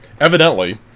Evidently